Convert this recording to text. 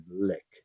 lick